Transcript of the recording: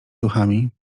duchami